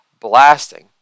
blasting